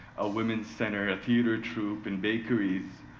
a woman's center a theater troop and backer rees,